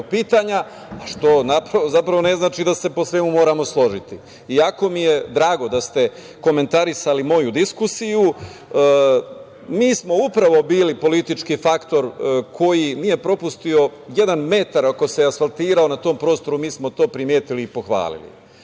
pitanja, što zapravo ne znači da se po svemu moramo složiti. Jako mi je drago da ste komentarisali moju diskusiju. Mi smo upravo bili politički faktor koji nije propustio jedan metar ako se asfaltirao na tom prostoru, mi smo to primetili i pohvalili. Sa